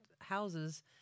houses